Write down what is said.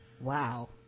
Wow